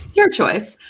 your choice.